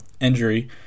injury